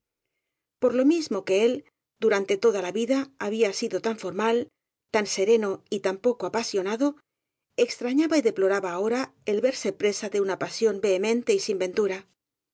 por lo mismo que él durante toda la vida había sido tan formal tan sereno y tan poco apasionado extrañaba y deploraba ahora el verse presa de una pasión vehemente y sin ventura